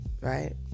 Right